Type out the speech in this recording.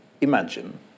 imagine